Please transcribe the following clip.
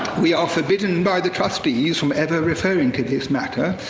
we are forbidden by the trustees from ever referring to this matter,